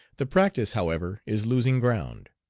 the practice, however, is losing ground.